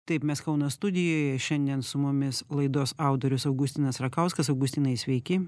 taip mes kauno studijoje šiandien su mumis laidos autorius augustinas rakauskas augustinai sveiki